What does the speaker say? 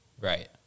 Right